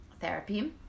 therapy